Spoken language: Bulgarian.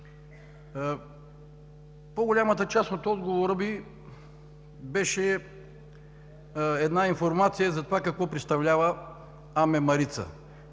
по-голямата част от отговора Ви беше информация за това какво представлява АМ „Марица“.